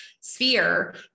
sphere